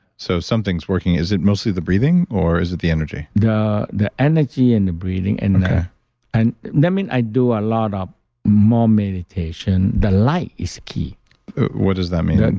so, something's working. is it mostly the breathing? or is it the energy? the the energy and the breathing. and and i mean, i do a lot of more meditation. the light is key what does that mean? and